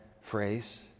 phrase